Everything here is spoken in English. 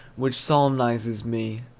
which solemnizes me.